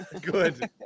Good